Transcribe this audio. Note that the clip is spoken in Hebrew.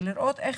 ולראות איך